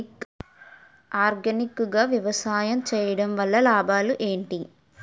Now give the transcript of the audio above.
Organic గా వ్యవసాయం చేయడం వల్ల లాభాలు ఏంటి?